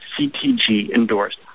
CTG-endorsed